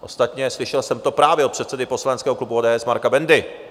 Ostatně slyšel jsem to právě od předsedy poslaneckého klubu ODS Marka Bendy.